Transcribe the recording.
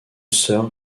sœur